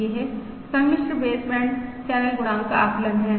यह सम्मिश्र baseband channel गुणांक का आकलन है